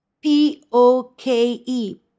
p-o-k-e